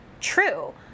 true